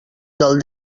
del